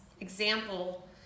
example